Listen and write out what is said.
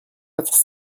quatre